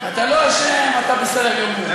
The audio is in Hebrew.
אתה לא אשם, אתה בסדר גמור.